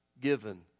given